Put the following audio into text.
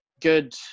good